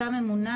אותה ממונה